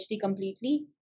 completely